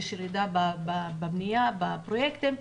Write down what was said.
יש ירידה בבנייה ובפרויקטים,